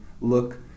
look